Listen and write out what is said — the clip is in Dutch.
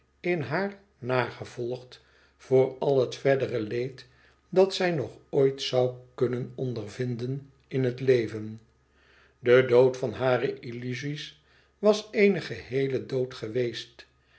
in haar nagevolgd voor al het verdere leed dat zij nog oit zoû kunnen ondervinden in het leven de dood van hare illuzies was eene geheele dood geweest